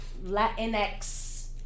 Latinx